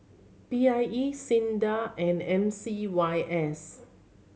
P I E SINDA and M C Y S